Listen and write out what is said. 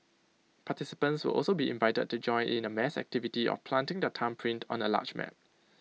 participants will also be invited to join in A mass activity of planting their thumbprint on A large map